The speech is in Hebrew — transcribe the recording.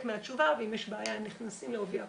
מהתשובה ואם יש בעיה הם נכנסים לעובי הקורה.